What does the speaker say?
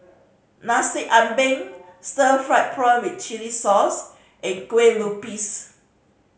Nasi Ambeng stir fried prawn with chili sauce and kue lupis